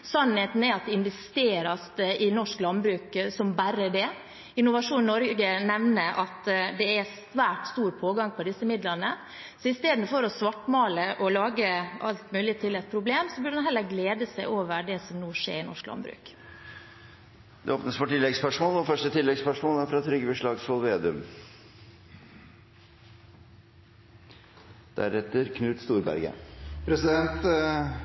Sannheten er at det investeres i norsk landbruk som bare det. Innovasjon Norge nevner at det er svært stor pågang på disse midlene. Så istedenfor å svartmale og lage alt mulig til et problem, burde man heller glede seg over det som nå skjer i norsk landbruk. Det åpnes for oppfølgingsspørsmål – først Trygve Slagsvold Vedum. Landbruks- og